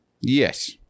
Yes